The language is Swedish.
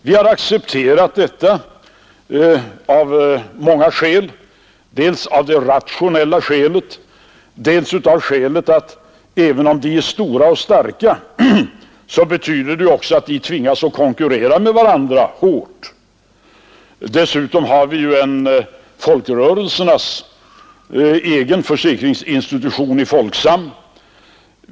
Vi har accepterat detta av många skäl, dels av rationella skäl, dels av skälet att även om företagen är stora och starka så betyder det också att de tvingas konkurrera hårt med varandra. Dessutom har vi en folkrörelsernas egen försäkringsinstitution i Folksam.